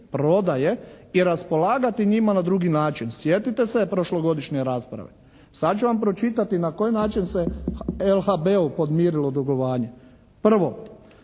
prodaje i raspolagati njima na drugi način. Sjetite se prošlogodišnje rasprave. Sad ću vam pročitati na koji način se LHB-u podmirilo dugovanje. Prvo,